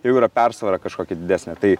jau yra persvara kažkokia didesnė tai